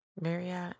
Marriott